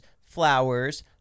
flowers